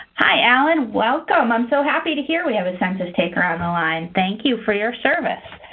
hi allan, welcome. i'm so happy to hear we have a census taker on the line. thank you for your service.